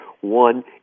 One